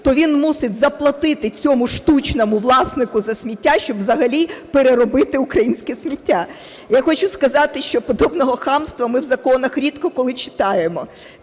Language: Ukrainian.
то він мусить заплатити цьому штучному власнику за сміття, щоб взагалі переробити українське сміття. Я хочу сказати, що подобного хамства ми в законах рідко коли читаємо.